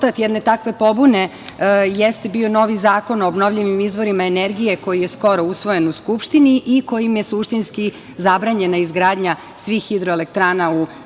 rezultat jedne takve pobune jeste bio novi Zakon o obnovljivim izvorima energije koji je skoro usvojen u Skupštini i kojim je suštinski zabranjena izgradnja svih hidroelektrana u zaštićenom